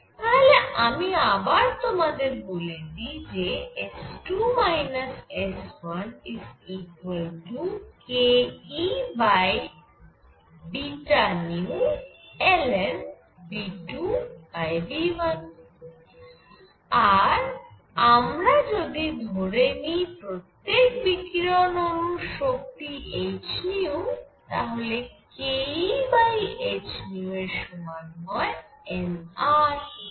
তাহলে আমি আবার তোমাদের বলে দিই যে S2 S1 kEβνln V2V1 আর আমরা যদি ধরে নিই প্রত্যেক বিকিরণ অণুর শক্তি h তাহলে kEhν এর সমান হয় n R